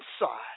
inside